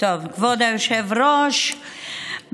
כבוד היושב-ראש,